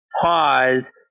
pause